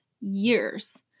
years